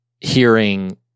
hearing